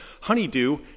honeydew